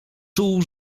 czuł